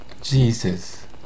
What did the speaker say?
Jesus